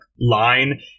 line